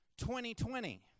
2020